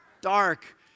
Dark